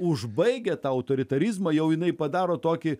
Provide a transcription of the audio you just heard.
užbaigia tą autoritarizmą jau jinai padaro tokį